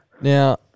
Now